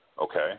Okay